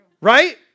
right